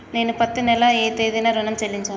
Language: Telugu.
నేను పత్తి నెల ఏ తేదీనా ఋణం చెల్లించాలి?